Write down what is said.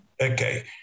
Okay